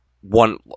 one